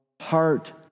heart